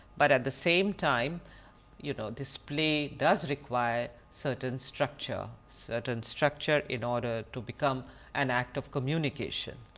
but at the same time you know this play does require certain structure, certain structure in order to become an act of communication.